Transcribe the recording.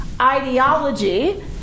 ideology